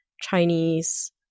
Chinese